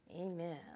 Amen